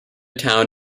town